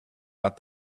out